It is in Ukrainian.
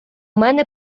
мене